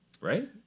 Right